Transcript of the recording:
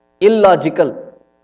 illogical